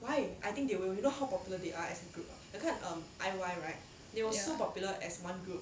ya